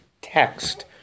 text